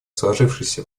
сложившаяся